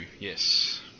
yes